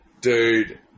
Dude